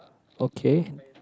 okay